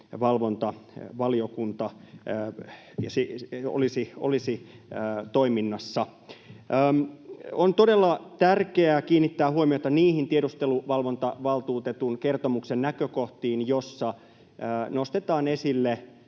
tiedusteluvalvontavaliokunta olisi toiminnassa. On todella tärkeää kiinnittää huomiota niihin tiedusteluvalvontavaltuutetun kertomuksen näkökohtiin, joissa nostetaan esille